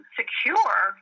secure